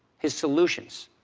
his solutions,